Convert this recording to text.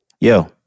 Yo